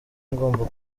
ngomba